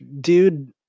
dude